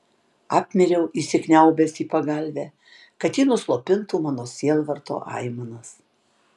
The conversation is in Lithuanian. apmiriau įsikniaubęs į pagalvę kad ji nuslopintų mano sielvarto aimanas